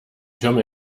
türme